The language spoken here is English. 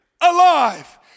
alive